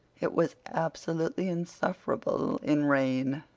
it was absolutely insufferable in rain.